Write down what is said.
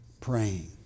praying